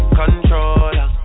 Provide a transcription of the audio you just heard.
controller